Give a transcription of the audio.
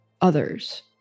others